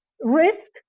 Risk